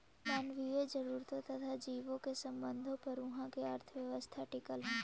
मानवीय जरूरतों तथा जीवों के संबंधों पर उहाँ के अर्थव्यवस्था टिकल हई